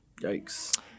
Yikes